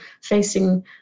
facing